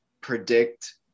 predict